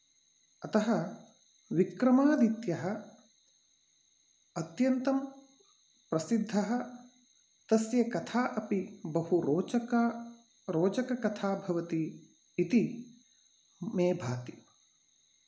अतः विक्रमादित्यः अत्यन्तं प्रसिद्धः तस्य कथा अपि बहु रोचका रोचककथा भवति इति मे भाति